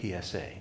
PSA